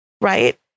right